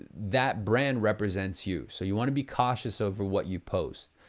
that brand represents you. so you want to be cautious over what you post.